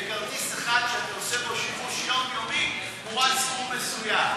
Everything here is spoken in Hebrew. וכרטיס אחד שאתה עושה בו שימוש יומיומי תמורת סכום מסוים.